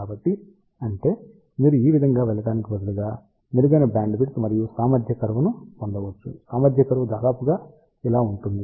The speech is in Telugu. కాబట్టి అంటే మీరు ఈ విధంగా వెళ్ళడానికి బదులుగా మెరుగైన బ్యాండ్విడ్త్ మరియు సామర్థ్య కర్వ్ ను పొందవచ్చు సామర్థ్య కర్వ్ దాదాపుగా ఇలా ఉంటుంది